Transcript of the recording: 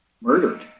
murdered